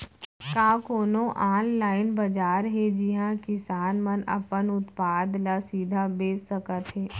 का कोनो अनलाइन बाजार हे जिहा किसान मन अपन उत्पाद ला सीधा बेच सकत हे?